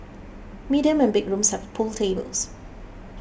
medium and big rooms have pool tables